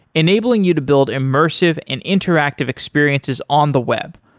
enabling you to build immersive and interactive experiences on the web,